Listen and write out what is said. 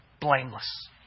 blameless